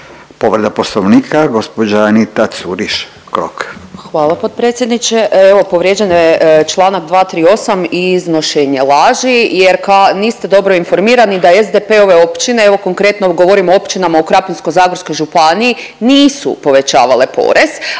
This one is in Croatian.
Povreda poslovnika gospođa Anita Curiš Krok. **Curiš Krok, Anita (SDP)** Hvala potpredsjedniče. Evo povrijeđeno je čl. 238. i iznošenje laži jer niste dobro informirani da SDP-ove općine, evo konkretno govorim o općinama u Krapinsko-zagorskoj županiji nisu povećavale porez.